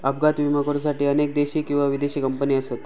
अपघात विमो करुसाठी अनेक देशी किंवा विदेशी कंपने असत